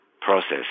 process